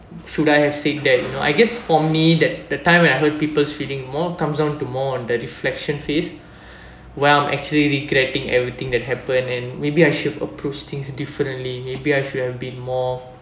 should I have seen that you know I guess for me that that time when I hurt people's feeling more comes down to more on the reflection phase well actually regreting everything that happen and maybe I should approach things differently maybe I should have been more